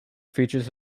features